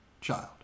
child